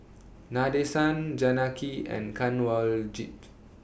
Nadesan Janaki and Kanwaljit